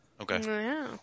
Okay